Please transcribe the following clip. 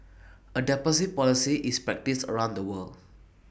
A deposit policy is practised around the world